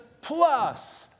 plus